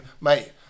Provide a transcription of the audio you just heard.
mate